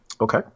Okay